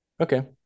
Okay